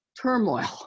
turmoil